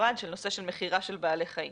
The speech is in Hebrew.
נפרד של נושא של מכירה של בעלי חיים